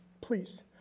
Please